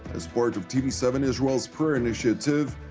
as part of t v seven israel's prayer initiative,